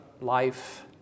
life